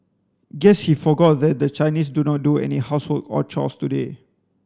guess he forgot that the Chinese do not do any housework or chores today